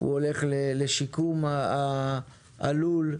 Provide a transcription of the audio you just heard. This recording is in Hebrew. הוא הולך לשיקום הלול,